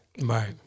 Right